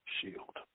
shield